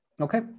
okay